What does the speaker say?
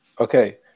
Okay